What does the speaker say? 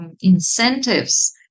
incentives